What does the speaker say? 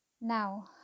Now